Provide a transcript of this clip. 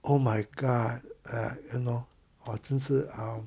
oh my god ah you know !wah! 真是好